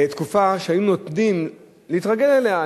בתקופה שהיו נותנים להתרגל אליה.